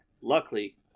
Luckily